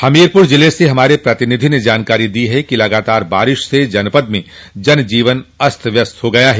हमीरपुर जिले से हमारे प्रतिनिधि ने जानकारी दी है कि लगातार बारिश से जनपद में जनजीवन अस्त व्यस्त हो गया है